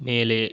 மேலே